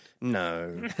No